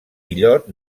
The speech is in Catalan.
illot